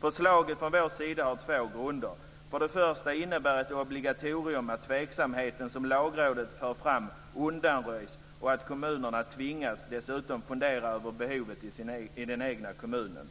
Förslaget från vår sida har två grunder. För det första innebär ett obligatorium att den tveksamhet som Lagrådet för fram undanröjs och att kommunerna dessutom tvingas fundera över behovet i den egna kommunen.